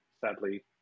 sadly